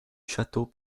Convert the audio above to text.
château